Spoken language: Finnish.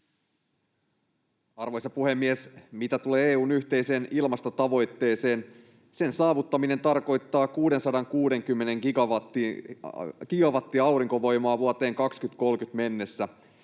Arvoisa puhemies! Mitä tulee EU:n yhteiseen ilmastotavoitteeseen, sen saavuttaminen tarkoittaa 660 gigawattia aurinkovoimaa vuoteen 2030 mennessä